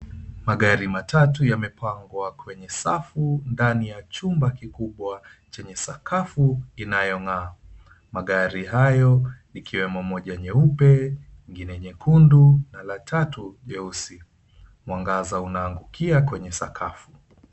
Magari matatu yamepangwa kwenye safu ndani ya chumba kikubwa chenye sakafu inayong'aa. Magari hayo ikiwemo moja nyeupe, ingine nyekundu na la tatu nyeusi. Mwangaza unaangukia kwenye sakafu.